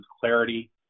clarity